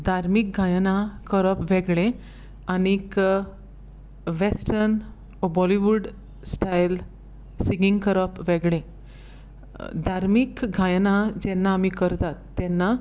धार्मीक गायनां करप वेगळें आनीक western or Bollywood style singing करप वेगळें धार्मीक गायनां जेन्ना आमी करतात तेन्ना